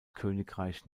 königreich